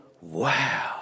wow